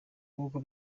nkuko